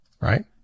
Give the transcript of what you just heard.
Right